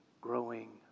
growing